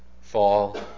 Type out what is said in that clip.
fall